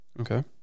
Okay